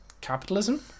capitalism